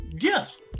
Yes